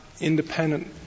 independent